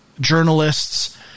journalists